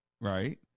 right